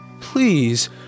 Please